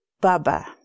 Baba